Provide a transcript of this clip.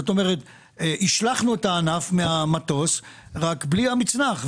השלכנו את הענף מהמטוס בלי המצנח.